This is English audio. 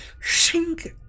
shink